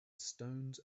stones